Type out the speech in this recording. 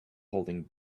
holding